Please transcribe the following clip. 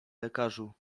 lekarzu